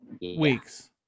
Weeks